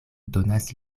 donas